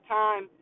time